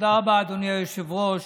תודה רבה, אדוני היושב-ראש.